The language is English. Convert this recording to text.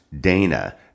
Dana